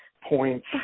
points